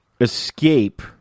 escape